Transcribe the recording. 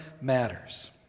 matters